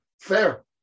Fair